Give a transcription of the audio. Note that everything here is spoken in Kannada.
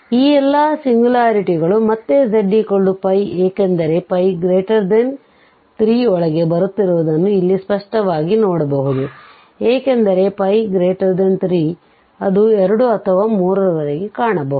ಈ ಎಲ್ಲ ಸಿಂಗ್ಯುಲಾರಿಟಿಗಳು ಮತ್ತೆ zπ ಎಕೆಂದರೆ π3ಒಳಗೆ ಬರುತ್ತಿರುವುದನ್ನು ಇಲ್ಲಿ ಸ್ಪಷ್ಟವಾಗಿ ನೋಡಬಹುದು ಏಕೆಂದರೆ π 3 ಅದು 2 ಅಥವಾ 3 ವರೆಗೆ ಕಾಣಬಹುದು